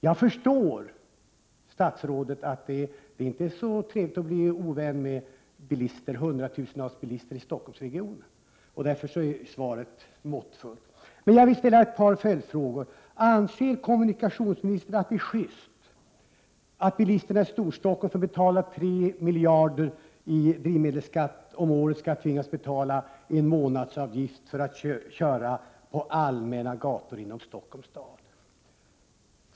Jag förstår att det inte är trevligt för statsrådet att bli ovän med hundratusentals bilister i Stockholmsregionen. Därför är kommunikationsministern måttfull i sitt svar. Jag vill ändå ställa ett par följdfrågor: Anser kommunikationsministern att det är sjyst att bilisterna i Storstockholm, som betalar 3 miljarder i drivmedelsskatt om året, skall tvingas betala en månadsavgift för att få köra på allmänna gator inom Stockholms stad?